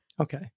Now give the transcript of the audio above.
Okay